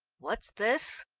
what's this?